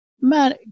man